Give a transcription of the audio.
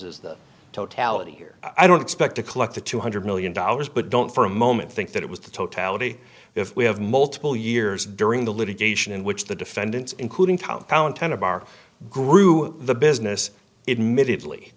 here i don't expect to collect the two hundred million dollars but don't for a moment think that it was the totality if we have multiple years during the litigation in which the defendants including compound tended bar grew the business